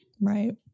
Right